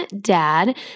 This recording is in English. dad